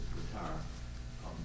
retire